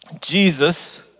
Jesus